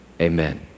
Amen